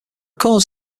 cause